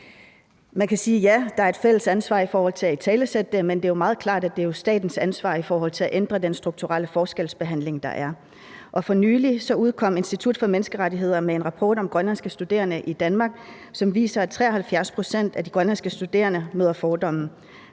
Man kan sige: Ja, der er et fælles ansvar i forhold til at italesætte det, men det er meget klart, at det jo er statens ansvar at ændre den strukturelle forskelsbehandling, der er. For nylig udkom Institut for Menneskerettigheder med en rapport om grønlandske studerende i Danmark, som viser, at 73 pct. af de grønlandske studerende møder fordomme.